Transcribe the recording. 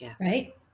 right